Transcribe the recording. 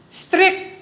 strict